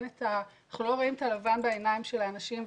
אנחנו לא רואים את הלבן בעיניים של האנשים,